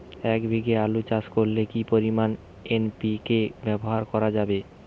এক বিঘে আলু চাষ করলে কি পরিমাণ এন.পি.কে ব্যবহার করা যাবে?